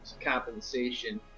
compensation